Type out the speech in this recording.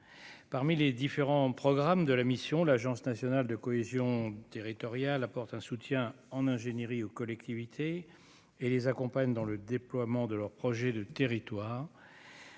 parmi les différents programmes de la mission, l'Agence nationale de cohésion territoriale apporte un soutien en ingénierie aux collectivités et les accompagne dans le déploiement de leurs projets de territoire